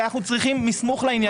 כי אנחנו צריכים מסמוך לעניינים האלה.